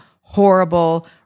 horrible